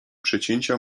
przecięcia